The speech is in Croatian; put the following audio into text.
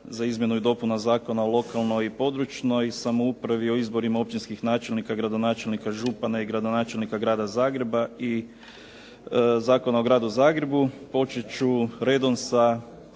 za izmjenu i dopunu Zakona o lokalnoj i područnoj samoupravi, o izborima općinskih načelnika i gradonačelnika i župana i gradonačelnika Grada Zagreba i Zakon o Gradu Zagrebu početi ću redom sa